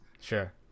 Sure